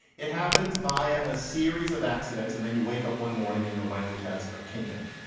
it happens via a series of accidents and then you wake up one morning and your language has a kink in it.